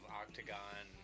octagon